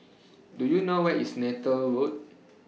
Do YOU know Where IS Neythal Road